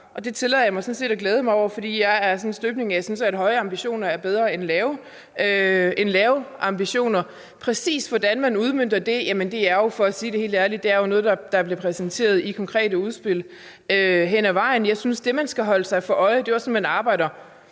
Det tillader jeg mig sådan set at glæde mig over. Jeg er af en sådan støbning, at jeg synes, at store ambitioner er bedre end små ambitioner. Præcis hvordan man udmønter det, er jo – for at sige det helt ærligt – noget, der bliver præsenteret i konkrete udspil hen ad vejen. Jeg synes, at det, man skal holde sig for øje, er – og det er også sådan, man arbejder